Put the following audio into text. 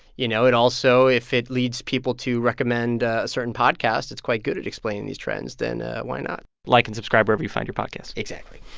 you know, it also if it leads people to recommend a certain podcast that's quite good at explaining these trends, then ah why not? like and subscribe wherever you find your podcasts exactly.